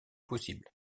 possible